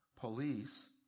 police